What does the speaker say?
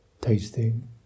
tasting